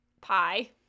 Pie